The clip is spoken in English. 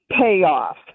payoff